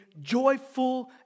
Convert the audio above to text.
joyful